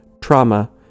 trauma